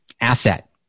asset